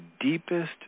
deepest